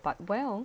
but well